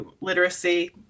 literacy